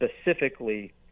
specifically